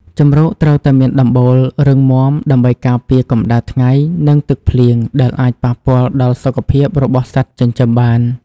ជម្រកត្រូវតែមានដំបូលរឹងមាំដើម្បីការពារកម្ដៅថ្ងៃនិងទឹកភ្លៀងដែលអាចប៉ះពាល់ដល់សុខភាពរបស់សត្វចិញ្ចឹមបាន។